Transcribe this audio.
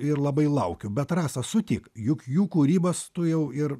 ir labai laukiu bet rasa sutik juk jų kūrybas tu jau ir